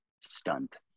stunt